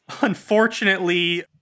Unfortunately